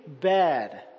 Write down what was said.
bad